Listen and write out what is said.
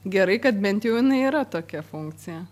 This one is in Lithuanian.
gerai kad bent jau jinai yra tokia funkcija